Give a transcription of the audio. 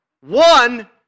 One